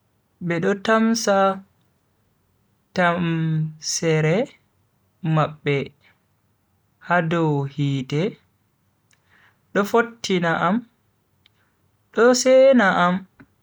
Be do tamsa tamseere mabbe ha dow hite do fottina am do sena am.